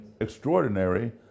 extraordinary